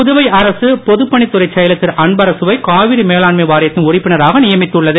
புதுவை அரசு பொதுப் பணித்துறைச் செயலர் திருஅன்பரசு வை காவிரி மேலாண்மை வாரியத்தின் உறுப்பினராக நியமித்துள்ளது